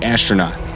Astronaut